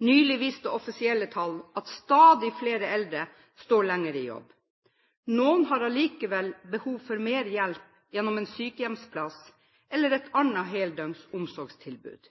Nylig viste offisielle tall at stadig flere eldre står lenger i jobb. Noen har likevel behov for mer hjelp gjennom en sykehjemsplass eller et annet heldøgns omsorgstilbud.